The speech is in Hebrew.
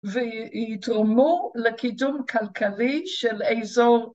והתאומו לקידום כלכלי של אזור